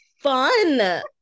fun